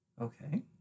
Okay